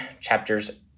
chapters